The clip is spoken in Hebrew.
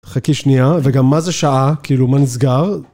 חכי שנייה, וגם מה זה שעה? כאילו מה נסגר?